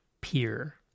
peer